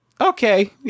Okay